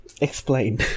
Explain